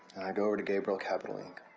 go over to gabriel capital inc.